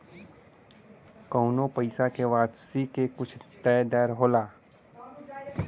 कउनो पइसा के वापसी के कुछ तय दर होला